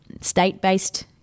state-based